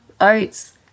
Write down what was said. oats